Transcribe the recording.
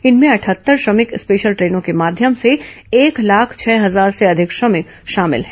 इनमें अठहत्तर श्रमिक स्पेशल ट्रेनों के माध्यम से एक लाख छह हजार से अधिक श्रमिक शामिल हैं